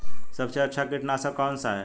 सबसे अच्छा कीटनाशक कौन सा है?